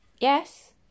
Yes